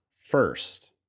first